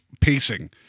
pacing